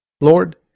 Lord